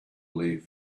leave